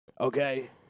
Okay